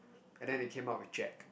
and then they came up with Jack